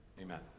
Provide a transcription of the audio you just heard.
Amen